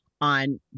on